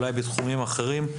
אולי בתחומים אחרים.